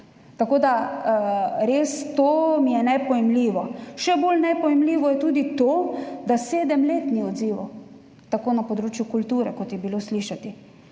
To mi je res nepojmljivo. Še bolj nepojmljivo je tudi to, da sedem let ni odzivov, tako na področju kulture, kot je bilo slišati.